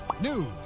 news